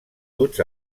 duts